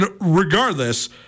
regardless